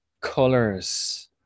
Colors